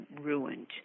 ruined